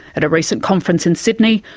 at a recent conference in sydney,